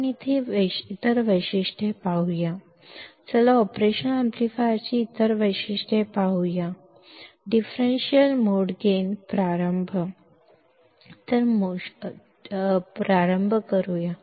ಆದ್ದರಿಂದ ನಾವು ಇತರ ಕೆಲವು ಗುಣಲಕ್ಷಣಗಳನ್ನು ನೋಡೋಣ ಅಪರೇಷನಲ್ ಆಂಪ್ಲಿಫೈಯರ್ನ ಇತರ ಗುಣಲಕ್ಷಣಗಳನ್ನು ನೋಡೋಣ ಡಿಫರೆನ್ಷಿಯಲ್ ಮೋಡ್ ಗೈನ್ನಿಂದ ಪ್ರಾರಂಭವಾಗುತ್ತದೆ